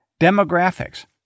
Demographics